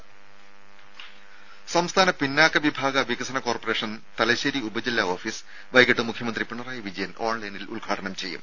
രുര സംസ്ഥാന പിന്നാക്ക വിഭാഗ വികസന കോർപ്പറേഷൻ തലശ്ശേരി ഉപജില്ലാ ഓഫീസ് വൈകീട്ട് മുഖ്യമന്ത്രി പിണറായി വിജയൻ ഓൺലൈനിൽ ഉദ്ഘാടനം ചെയ്യും